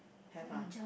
have ah